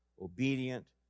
Obedient